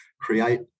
create